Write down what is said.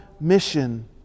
mission